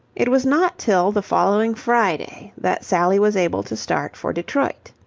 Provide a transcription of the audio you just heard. it was not till the following friday that sally was able to start for detroit.